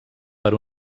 per